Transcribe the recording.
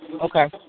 Okay